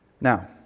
Now